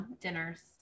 dinners